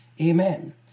Amen